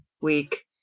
week